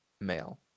male